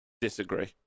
disagree